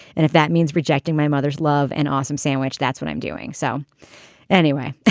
and if that means rejecting my mother's love an awesome sandwich that's what i'm doing. so anyway